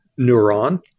neuron